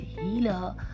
healer